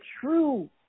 true